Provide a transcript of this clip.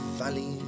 valley